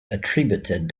attributed